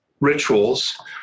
rituals